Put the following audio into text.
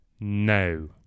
no